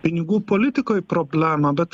pinigų politikoj problemą bet